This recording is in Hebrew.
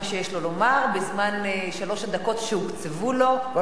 שיש לו לומר בשלוש הדקות שהוקצבו לו,